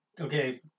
okay